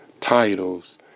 titles